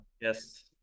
Yes